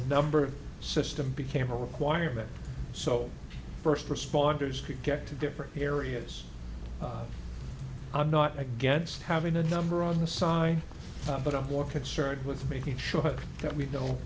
number system became a requirement so first responders could get to different areas i'm not against having a number on the side but i'm more concerned with making sure that we